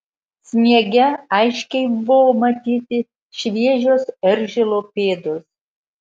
sniege aiškiai buvo matyti šviežios eržilo pėdos